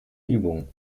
übung